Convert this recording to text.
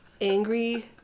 angry